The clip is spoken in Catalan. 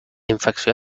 infecció